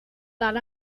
that